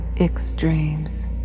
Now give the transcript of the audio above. extremes